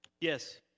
Yes